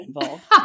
involved